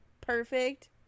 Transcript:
perfect